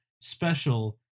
special